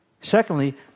Secondly